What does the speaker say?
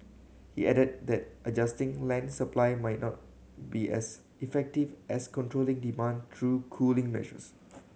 he added that adjusting land supply might not be as effective as controlling demand through cooling measures